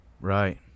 Right